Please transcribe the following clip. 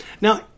Now